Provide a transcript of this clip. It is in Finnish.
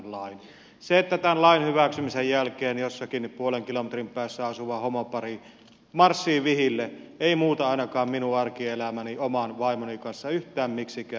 se että tämän lain hyväksymisen jälkeen jossakin puolen kilometrin päässä asuva homopari marssii vihille ei muuta ainakaan minun arkielämääni oman vaimoni kanssa yhtään miksikään